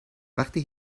وقتی